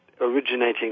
originating